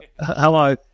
hello